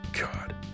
God